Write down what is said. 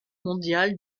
mondial